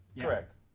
Correct